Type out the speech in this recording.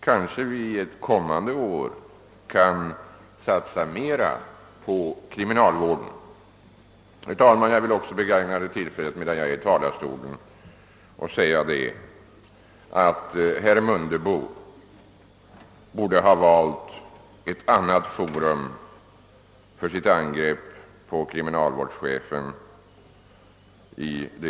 Kanske vi ett kommande år kan satsa mera på kriminalvården. Herr talman! Medan jag står i talarstolen vill jag begagna tillfället att säga att herr Mundebo borde ha valt ett annat forum för sitt angrepp på kriminalvårdschefen.